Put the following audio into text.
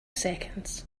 seconds